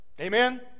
Amen